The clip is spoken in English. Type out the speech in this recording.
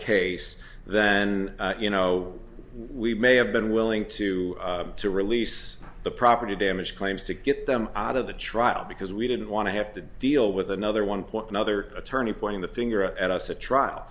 case then you know we may have been willing to to release the property damage claims to get them out of the trial because we didn't want to have to deal with another one point or another attorney pointing the finger at us the trial